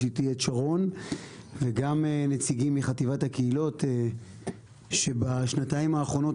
יש איתי את שרון וגם נציגים מחטיבת הקהילות שבשנתיים האחרונות,